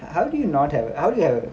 how do you not have how do you have